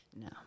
No